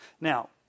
Now